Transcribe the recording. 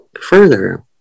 further